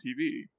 TV